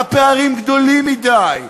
הפערים גדולים מדי,